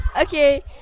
Okay